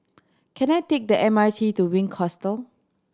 can I take the M R T to Wink Hostel